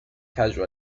causal